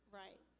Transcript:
right